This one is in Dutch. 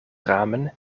ramen